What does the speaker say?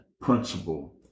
principle